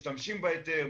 משתמשים בהיתר,